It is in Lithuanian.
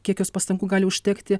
kiek jos pastangų gali užtekti